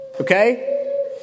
Okay